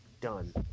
Done